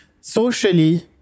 socially